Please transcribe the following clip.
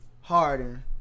Harden